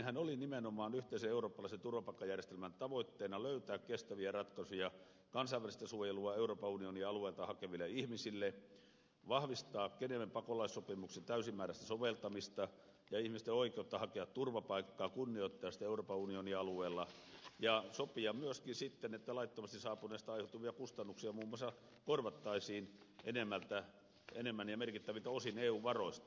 siinähän oli nimenomaan yhteisen eurooppalaisen turvapaikkajärjestelmän tavoitteena löytää kestäviä ratkaisuja kansainvälistä suojelua euroopan unionin alueelta hakeville ihmisille vahvistaa geneven pakolaissopimuksen täysimääräistä soveltamista ja ihmisten oikeutta hakea turvapaikkaa kunnioittaa sitä euroopan unionin alueella ja sopia myöskin sitten että laittomasti saapuneista aiheutuvia kustannuksia muun muassa korvattaisiin enemmän ja merkittäviltä osin eun varoista